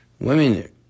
Women